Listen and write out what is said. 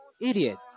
Idiot